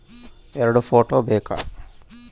ಎರಡು ಫೋಟೋ ಬೇಕಾ?